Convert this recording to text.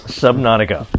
subnautica